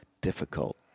difficult